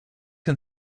can